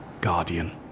Guardian